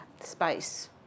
space